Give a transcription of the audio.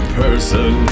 person